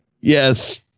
Yes